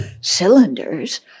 cylinders